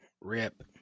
Rip